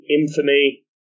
infamy